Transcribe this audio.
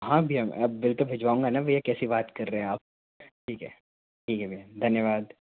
हाँ भैया अब बिल तो भिजवा ऊंगा ना कैसी बात कर रहे हैं आप ठीक है ठीक है भैया धन्यवाद